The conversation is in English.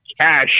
cash